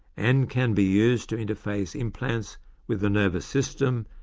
and can be used to interface implants with the nervous system,